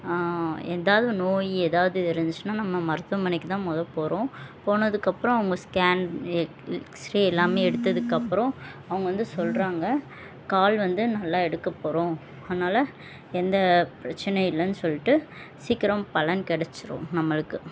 ஏதாவது நோய் எதாவது இருந்துச்சுன்னா நம்ம மருத்துவமனைக்கு தான் மொதல் போகிறோம் போனதுக்கப்புறம் அவங்க ஸ்கேன் எ எக்ஸ்ரே எல்லாமே எடுத்ததுக்கப்புறம் அவங்க வந்து சொல்கிறாங்க கால் வந்து நல்லா எடுக்க போகிறோம் அதனால எந்த பிரச்சினையும் இல்லைனு சொல்லிட்டு சீக்கிரம் பலன் கிடச்சிரும் நம்மளுக்கு